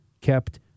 kept